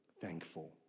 thankful